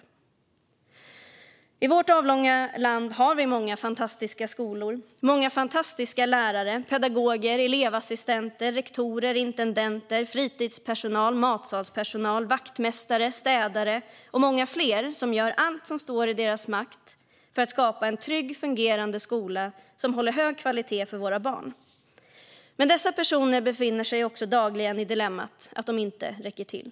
I vårt avlånga land har vi många fantastiska skolor. Vi har många fantastiska lärare, pedagoger, elevassistenter, rektorer, intendenter, fritidspersonal, matsalspersonal, vaktmästare, städare och andra som gör allt som står i deras makt för att skapa en trygg och fungerande skola som håller hög kvalitet för våra barn. Men dessa personer befinner sig också dagligen i dilemmat att de inte räcker till.